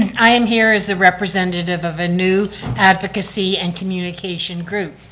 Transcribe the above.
and i am here as a representative of a new advocacy and communication group,